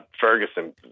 Ferguson